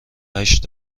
هشت